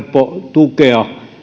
tukea